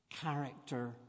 character